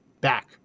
back